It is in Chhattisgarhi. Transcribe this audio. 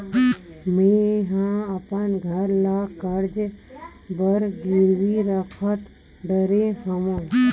मेहा अपन घर ला कर्जा बर गिरवी रख डरे हव